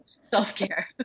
self-care